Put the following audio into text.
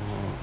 oh